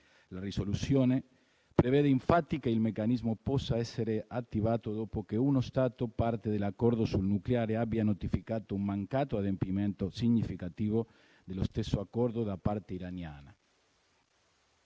La risoluzione prevede infatti che il meccanismo possa essere attivato dopo che uno Stato parte dell'Accordo sul nucleare abbia notificato un mancato adempimento significativo dello stesso Accordo da parte iraniana.